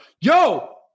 Yo